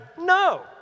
No